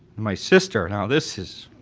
my sister, now this is,